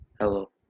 Hello